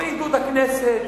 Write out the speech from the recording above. בעידוד הכנסת,